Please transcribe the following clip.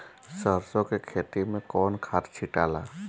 सरसो के खेती मे कौन खाद छिटाला?